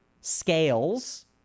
scales